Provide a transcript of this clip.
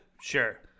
Sure